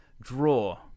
draw